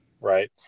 Right